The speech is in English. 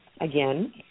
again